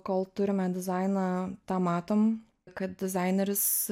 kol turime dizainą tą matom kad dizaineris